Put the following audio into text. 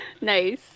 Nice